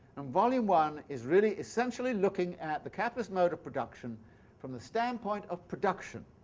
volume one is really essentially looking at the capitalist mode of production from the standpoint of production,